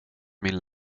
min